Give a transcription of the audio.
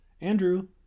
Andrew